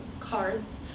cards,